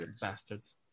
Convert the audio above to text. bastards